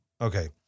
Okay